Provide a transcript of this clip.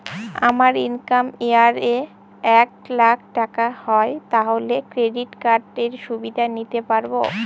আমার income year এ এক লাক টাকা হয় তাহলে ক্রেডিট কার্ড এর সুবিধা নিতে পারবো?